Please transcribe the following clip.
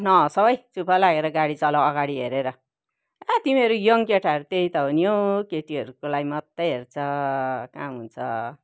नहँसाउ है चुप लागेर गाडी चलाउ अगाडि हेरेर आ तिमीहरू यङ केटाहरू त्यही त हो नि हौ केटीहरूको लागि मात्रै हेर्छ कहाँ हुन्छ